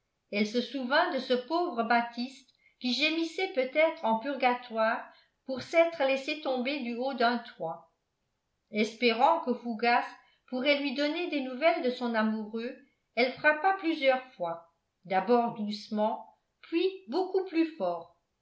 elle se souvint de ce pauvre baptiste qui gémissait peut-être en purgatoire pour s'être laissé tomber du haut d'un toit espérant que fougas pourrait lui donner des nouvelles de son amouroux elle frappa plusieurs fois d'abord doucement puis beaucoup plus fort